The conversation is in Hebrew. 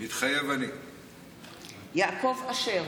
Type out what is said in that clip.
מתחייב אני יעקב אשר,